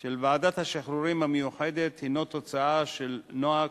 של ועדת השחרורים המיוחדת הוא תוצאה של נוהג